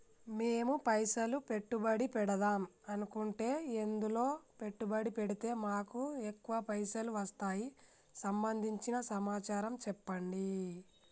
మేము పైసలు పెట్టుబడి పెడదాం అనుకుంటే ఎందులో పెట్టుబడి పెడితే మాకు ఎక్కువ పైసలు వస్తాయి సంబంధించిన సమాచారం చెప్పండి?